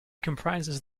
comprises